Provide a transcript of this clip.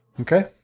Okay